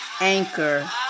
anchor